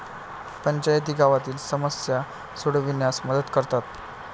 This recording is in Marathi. पंचायती गावातील समस्या सोडविण्यास मदत करतात